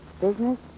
Business